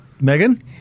Megan